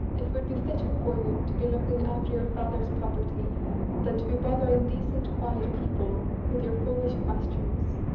it would be fitter for you to be looking after your father's property than to be bothering decent quiet people with your foolish questions.